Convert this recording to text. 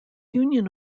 union